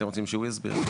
אתם רוצים שהוא יסביר?